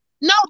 No